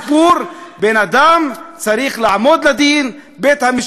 בן-אדם צריך לעמוד לדין, בית-המשפט יחליט.